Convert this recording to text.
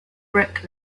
brick